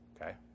Okay